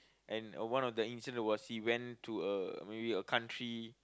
and uh one of the incident was he went to a maybe a country